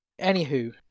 Anywho